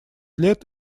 лет